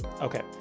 Okay